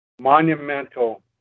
monumental